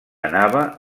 anava